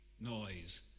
noise